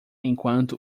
enquanto